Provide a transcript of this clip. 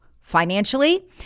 financially